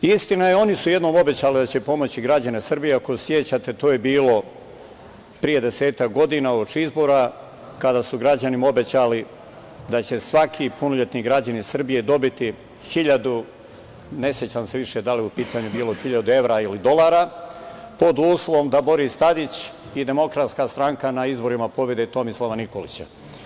Istina je, oni su jednom obećali da će pomoći građane Srbije, ako se sećate, to je bilo pre desetak godina uoči izbora, kada su građanima obećali da će svaki punoletni građanin Srbije dobiti 1.000, ne sećam se više da li je u pitanju bilo 1.000 evra ili dolara, pod uslovom da Boris Tadić i DS na izborima pobede Tomislava Nikolića.